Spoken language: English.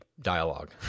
dialogue